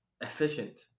efficient